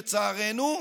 לצערנו.